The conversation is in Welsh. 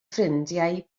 ffrindiau